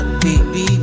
baby